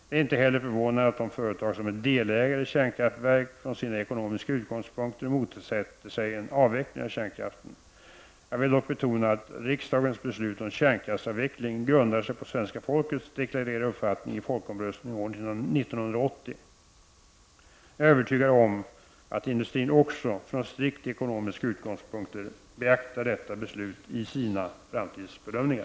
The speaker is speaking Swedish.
Det är inte heller förvånande att de företag som är delägare i kärnkraftverk från sina ekonomiska utgångspunkter motsätter sig en avveckling av kärnkraften. Jag vill dock betona att riksdagens beslut om kärnkraftsavvecklingen grundar sig på svenska folkets deklarerade uppfattning i folkomröstningen år 1980. Jag är övertygad om att industrin också från strikt ekonomiska utgångspunkter beaktar detta beslut i sina framtidsbedömningar.